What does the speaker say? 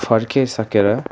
फर्किसकेर